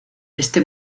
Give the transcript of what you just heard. este